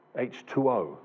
H2O